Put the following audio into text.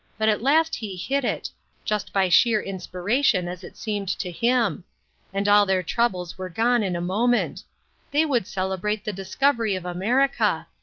but at last he hit it just by sheer inspiration, as it seemed to him and all their troubles were gone in a moment they would celebrate the discovery of america.